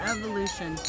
Evolution